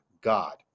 God